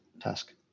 task